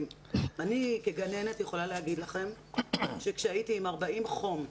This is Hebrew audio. אני כגננת יכולה להגיד לכם שכשהייתי חולה עם 40 חום,